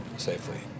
safely